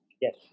Yes